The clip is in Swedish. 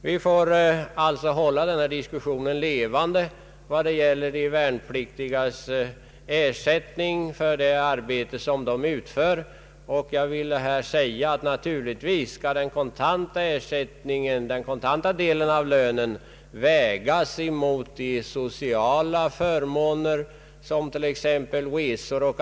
Vi får, som sagt, hålla diskussionen levande om de värnpliktigas ersättning för det arbete som de utför. Jag vill nämna att naturligtvis skall den kontanta delen av lönen vägas mot de sociala förmånerna, t.ex. resor.